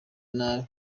inabi